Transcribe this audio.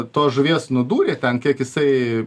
tos žuvies nudūrė ten kiek jisai